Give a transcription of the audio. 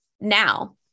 now